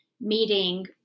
Meeting